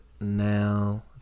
now